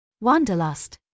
Wanderlust